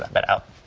that out.